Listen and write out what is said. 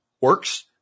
works